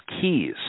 keys